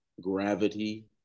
gravity